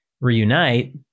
reunite